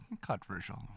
Controversial